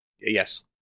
yes